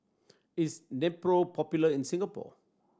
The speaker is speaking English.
is Nepro popular in Singapore